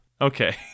Okay